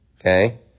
okay